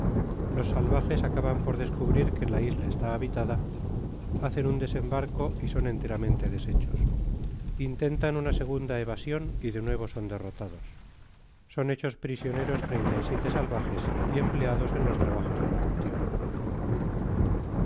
los salvajes acaban por descu brir que la isla está habitada hacen un desem barco y son enteramente deshechos intentan una segunda invasion y de nuevo son derrotados son hechos prisioneros treinta y siete salvajes y emplea dos ien los trabajos del cultivo